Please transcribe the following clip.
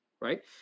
right